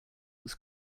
was